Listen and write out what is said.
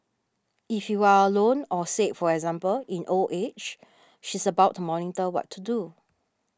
if you are alone or say for example in old age she's about to monitor what to do